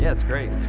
yeah it's great,